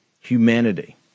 Humanity